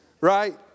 Right